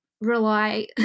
rely